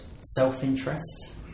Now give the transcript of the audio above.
self-interest